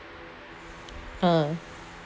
en